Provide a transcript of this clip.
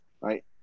right